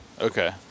Okay